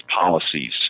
policies